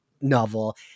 novel